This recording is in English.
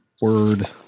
word